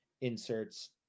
inserts